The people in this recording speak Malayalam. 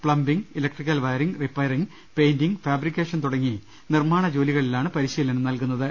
plumbing electrical wiring repairing painting fabrication തുടങ്ങി നിർമാണ ജോലികളിലാണ് പരിശീലനം നൽകു ന്നത്